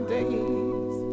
days